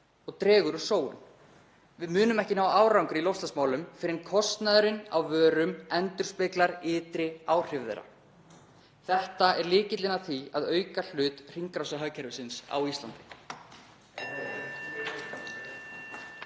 og dregur úr sóun. Við munum ekki ná árangri í loftslagsmálum fyrr en kostnaðurinn á vörum endurspeglar ytri áhrif þeirra. Þetta er lykillinn að því að auka hlut hringrásarhagkerfisins á Íslandi.